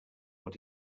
what